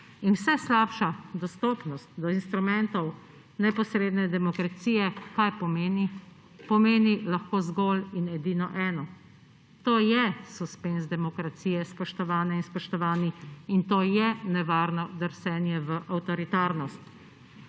vse slabša dostopnost do instrumentov neposredne demokracije? Pomeni lahko zgolj in edino eno. To je suspenz demokracije, spoštovane in spoštovani, in to je nevarno drsenje v avtoritarnost.